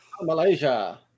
Malaysia